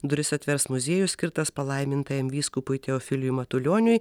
duris atvers muziejus skirtas palaimintajam vyskupui teofiliui matulioniui